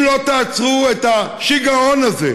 אם לא תעצרו את השיגעון הזה,